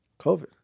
Covid